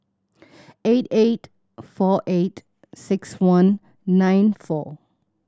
eight eight four eight six one nine four